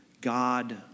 God